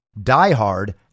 diehard